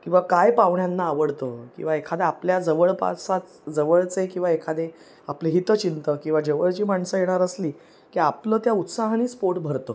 किंवा काय पाहुण्यांना आवडतं किंवा एखाद्या आपल्या जवळपासा जवळचे किंवा एखादे आपले हितचिंतक किंवा जवळची माणसं येणार असली की आपलं त्या उत्साहानेच पोट भरतं